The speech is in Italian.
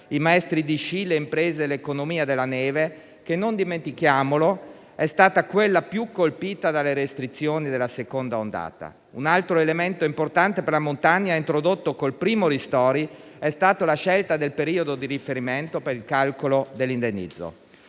i maestri di sci, le imprese e l'economia della neve, che (non dimentichiamolo) è stata quella più colpita dalle restrizioni della seconda ondata. Un altro elemento importante per la montagna introdotto col primo decreto-legge ristori è stata la scelta del periodo di riferimento per il calcolo dell'indennizzo.